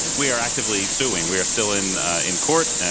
we are actively suing. we are still in in court.